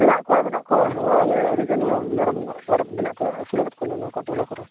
ᱢᱮᱱᱟᱜ ᱠᱚᱣᱟ ᱢᱮᱱᱟᱜ ᱠᱚᱣᱟ ᱱᱚᱣᱟ ᱟᱞᱮ ᱟᱹᱰᱤᱜᱟᱱ ᱦᱚᱲ ᱢᱮᱨᱚᱢ ᱢᱮᱱᱟᱜ ᱠᱚᱣᱟ ᱟᱹᱥᱩᱞᱟᱠᱟᱫ ᱠᱚᱣᱟᱞᱮ ᱚᱱᱟ ᱠᱚ ᱴᱚᱞᱟ ᱠᱚᱨᱮ